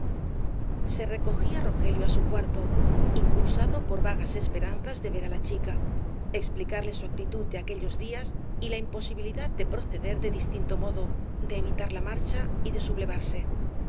se recogía rogelio á su cuarto impulsado por vagas esperanzas de ver á la chica explicarle su actitud de aquellos días y la imposibilidad de proceder de distinto modo de evitar la marcha y de sublevarse